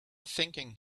thinking